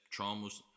traumas